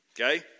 Okay